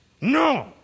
No